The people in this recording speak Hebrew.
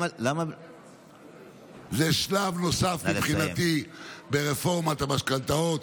זה שלב נוסף מבחינתי ברפורמת המשכנתות.